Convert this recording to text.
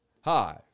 Hi